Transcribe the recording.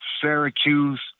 Syracuse